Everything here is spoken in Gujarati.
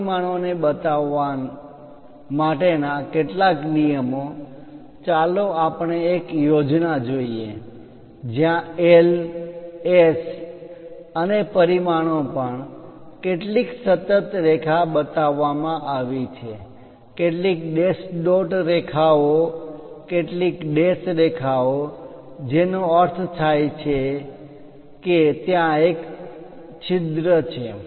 આ પરિમાણોને બતાવવા માટે ના કેટલાક નિયમો ચાલો આપણે એક યોજના જોઈએ જ્યાં LS અને પરિમાણો પર કેટલીક સતત રેખા બતાવવામાં આવી છે કેટલીક ડેશ ડોટ રેખાઓ લાઇન line કેટલીક ડેશ રેખાઓ જેનો અર્થ થાય છે કે ત્યાં એક છિદ્ર છે